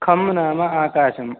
खं नाम आकाशः